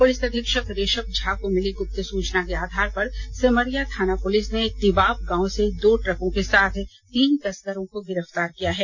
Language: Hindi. पुलिस अधीक्षक ऋषभ झा को मिली गुप्त सूचना के आधार पर सिमरिया थाना पुलिस ने तिबाब गांव से दो ट्रकों के साथ तीन तस्करों को गिरफ्तार किया है